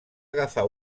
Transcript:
agafar